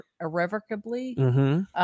irrevocably